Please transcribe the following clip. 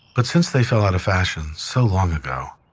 but since they fell out of fashion so long ago,